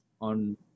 on